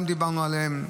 גם דיברנו עליהן,